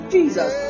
Jesus